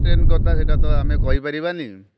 train କଥା ସେଟାତ ଆମେ କହିପାରିବାନି